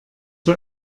für